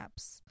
apps